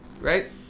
right